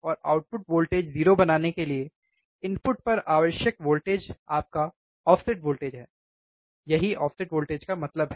और output voltage 0 बनाने के लिए इनपुट पर आवश्यक वोल्टेज आपका ऑफसेट वोल्टेज है यही ऑफसेट वोल्टेज का मतलब है